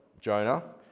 Jonah